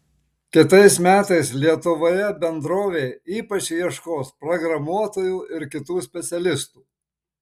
kitais metais lietuvoje bendrovė ypač ieškos programuotojų ir kitų specialistų